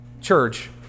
church